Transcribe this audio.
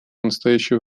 настоящее